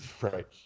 Right